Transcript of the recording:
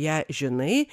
ją žinai